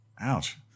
ouch